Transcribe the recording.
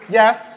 yes